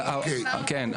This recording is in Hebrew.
כן?